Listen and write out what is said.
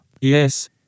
Yes